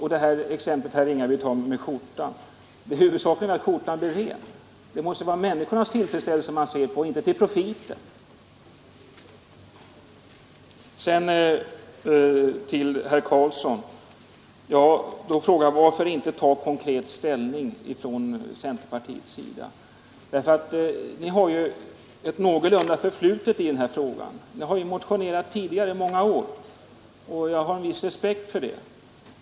Herr Ringaby nämnde ett exempel med skjorttvätt. Huvudsaken är väl att skjortan blir ren. Det måste vara människornas tillfredsställelse man ser till och inte till profiten. Sedan till herr Carlsson i Vikmanshyttan. Varför tar då inte centerpartiet konkret ställning? Ni har ju ett någorlunda hyggligt förflutet i den här frågan. Ni har motionerat tidigare i många år, och jag har en viss respekt för det.